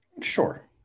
Sure